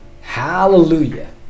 Hallelujah